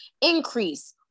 increase